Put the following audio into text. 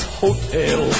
hotel